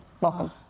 welcome